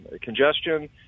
congestion